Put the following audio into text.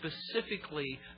specifically